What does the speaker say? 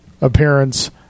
appearance